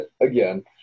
again